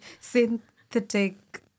synthetic